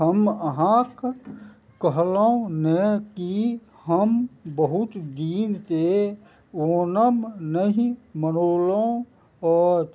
हम अहाँकेॅं कहलहुॅं ने कि हम बहुत दिनसॅं ओनम नहि मनौलहुॅं अछि